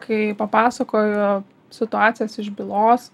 kai papasakoju situacijas iš bylos